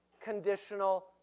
conditional